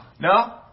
No